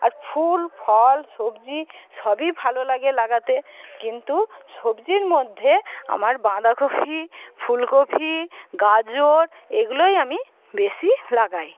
আর ফুল ফল সবজি সবই ভালো লাগে লাগাতে কিন্তু সবজির মধ্যে আমার বাঁধকপি ফুলকপি গাজর এগুলোই আমি বেশী লাগাই